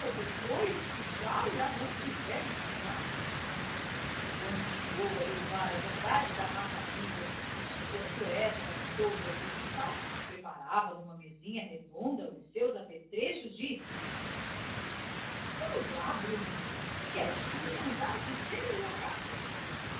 depois que já lhe não tivermos cá e continuou a louvar a bondade da rapariga enquanto esta toda serviçal preparava numa mesinha redonda os seus apetrechos de escrita vamos lá bruno que queres tu mandar dizer à leocádia